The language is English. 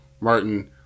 Martin